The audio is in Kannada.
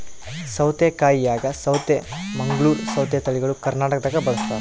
ಸೌತೆಕಾಯಾಗ ಸೌತೆ ಮಂಗಳೂರ್ ಸೌತೆ ತಳಿಗಳು ಕರ್ನಾಟಕದಾಗ ಬಳಸ್ತಾರ